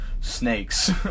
snakes